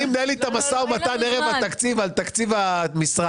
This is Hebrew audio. אני מנהל איתה משא ומתן ערב התקציב על תקציב המשרד.